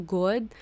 good